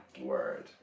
Word